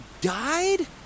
died